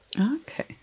Okay